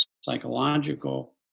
psychological